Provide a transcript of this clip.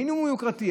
מינימום יוקרתי,